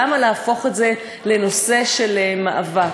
למה להפוך את זה לנושא של מאבק?